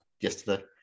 yesterday